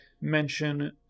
mention